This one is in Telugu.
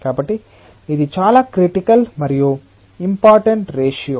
కాబట్టి ఇది చాలా క్రిటికల్ మరియు ఇంపార్టెంట్ రేషియో